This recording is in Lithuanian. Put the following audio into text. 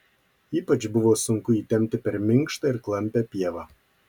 ypač buvo sunku jį tempti per minkštą ir klampią pievą